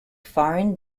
foreign